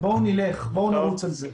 בואו נרוץ על זה.